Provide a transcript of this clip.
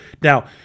Now